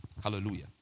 Hallelujah